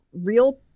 real